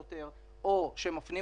ידברו שני חברי כנסת ואחריהם אורח מבחוץ,